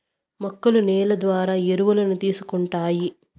మొక్కలు నేల ద్వారా ఎరువులను తీసుకుంటాయి